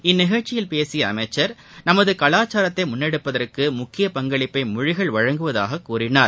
இந்நிகழ்ச்சியில் பேசிய அமைச்சர் நமது கலாச்சாரத்தை முன்னெடுப்பதற்கு முக்கிய பங்களிப்பை மொழிகள் வழங்குவதாக கூறினார்